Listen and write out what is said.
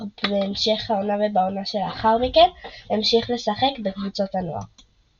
אך בהמשך העונה ובעונה שלאחר מכן המשיך לשחק בקבוצת הנוער.